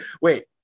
wait